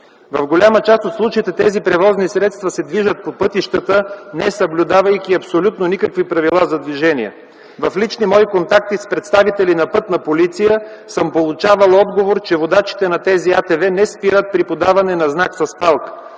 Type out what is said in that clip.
В голяма част от случаите тези превозни средства се движат по пътищата, несъблюдавайки абсолютно никакви правила за движение. В лични мои контакти с представители на „Пътна полиция” съм получавал отговор, че водачите на тези АТВ не спират при подаване на знак с палка.